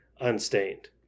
unstained